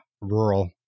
rural